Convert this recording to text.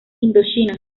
indochina